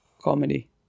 comedy